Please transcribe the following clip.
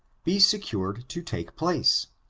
be secured to take place?